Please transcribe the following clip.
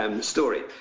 story